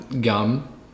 gum